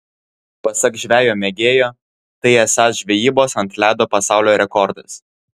pasak žvejo mėgėjo tai esąs žvejybos ant ledo pasaulio rekordas